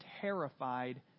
terrified